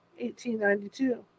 1892